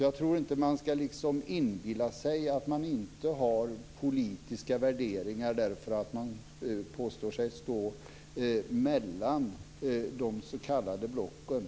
Jag tror inte att man ska inbilla sig att man inte har politiska värderingar därför att man menar sig stå mellan de s.k. blocken.